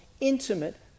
intimate